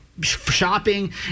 shopping